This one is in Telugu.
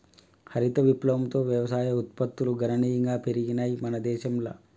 హరిత విప్లవంతో వ్యవసాయ ఉత్పత్తులు గణనీయంగా పెరిగినయ్ మన దేశంల